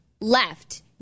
left